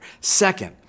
Second